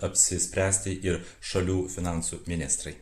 apsispręsti ir šalių finansų ministrai